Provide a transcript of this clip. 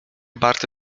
bardzo